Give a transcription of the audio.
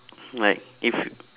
like if